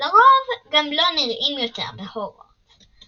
ולרוב גם לא נראים יותר בהוגוורטס.